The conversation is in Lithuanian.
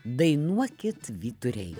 dainuokit vyturiai